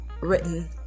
written